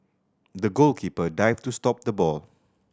the goalkeeper dived to stop the ball